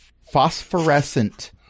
phosphorescent